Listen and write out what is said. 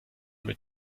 mit